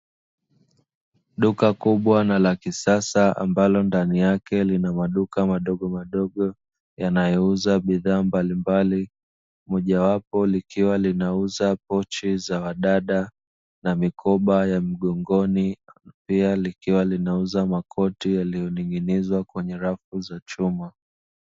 Duka kubwa na la kisasa ambalo ndani yakelina maduka madogomadogo yanayouza bidhaa mbalimbali, mojawapo likiwa linauza pochi za wadada na mikoba ya mgogoni, pia ikiwa linauza makoti yaliyoning'nizwa kwenye rafu za chuma.